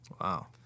Wow